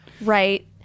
Right